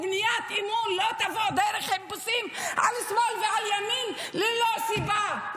בניית אמון לא תבוא דרך חיפושים על שמאל ועל ימין ללא סיבה.